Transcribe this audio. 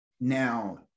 now